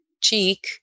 cheek